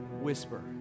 whisper